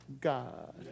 God